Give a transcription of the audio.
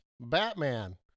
Batman